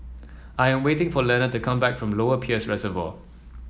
I am waiting for Lenna to come back from Lower Peirce Reservoir